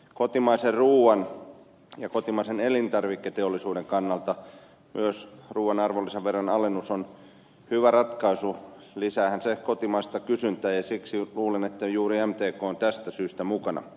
kotimaisen ruuan ja kotimaisen elintarviketeollisuuden kannalta myös ruuan arvonlisäveron alennus on hyvä ratkaisu lisäähän se kotimaista kysyntää ja siksi luulen että mtk on juuri tästä syystä mukana